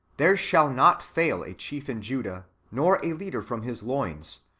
there shall not fail a chief in judah, nor a leader from his loins,